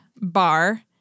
bar